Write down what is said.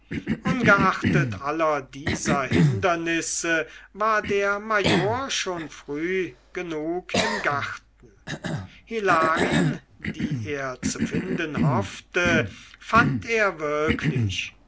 ungeachtet aller dieser hindernisse war der major schon früh genug im garten hilarien die er zu finden hoffte fand er wirklich